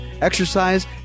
exercise